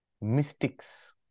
mystics